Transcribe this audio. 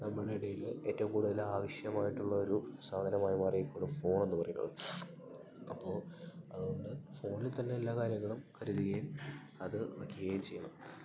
നമ്മുടെ ഇടയിൽ ഏറ്റോം കൂടുതൽ ആയവശ്യമായിട്ടുള്ള ഒരു സാധനമായി മാറിയിരിക്കുന്നു ഫോണെന്ന് പറയുന്നത് അപ്പോൾ അതുകൊണ്ട് ഫോണിൽ തന്നെ എല്ലാ കാര്യങ്ങളും കരുതുകേം അത് വയ്ക്കുകേം ചെയ്യണം